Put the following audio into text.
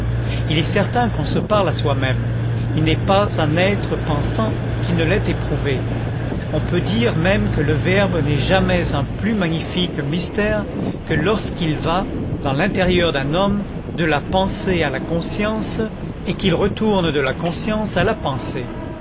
il est certain qu'on se parle à soi-même il n'est pas un être pensant qui ne l'ait éprouvé on peut dire même que le verbe n'est jamais un plus magnifique mystère que lorsqu'il va dans l'intérieur d'un homme de la pensée à la conscience et qu'il retourne de la conscience à la pensée